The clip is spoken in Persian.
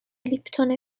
لیپتون